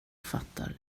fattar